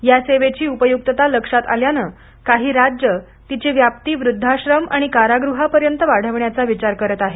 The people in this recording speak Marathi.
या सेवेची उपयुक्तता लक्षात आल्यानं काही राज्यं तिची व्याप्ती वृद्धाश्रम आणि कारागृहापर्यंत वाढवण्याचा विचार करत आहेत